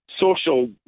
social